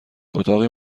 اتاقی